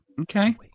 Okay